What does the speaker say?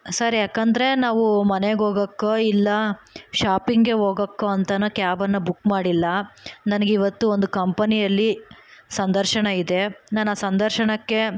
sir ಯಾಕೆಂದ್ರೆ ನಾವು ಮನೆಗೆ ಹೊಗೋಕ್ಕೋ ಇಲ್ಲ ಶಾಪಿಂಗ್ಗೆ ಹೊಗೋಕ್ಕೋ ಅಂತ ಕ್ಯಾಬ್ನ ಬುಕ್ ಮಾಡಿಲ್ಲ ನನಗೆ ಇವತ್ತು ಒಂದು ಕಂಪನಿಯಲ್ಲಿ ಸಂದರ್ಶನ ಇದೆ ನಾನು ಆ ಸಂದರ್ಶನಕ್ಕೆ